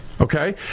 Okay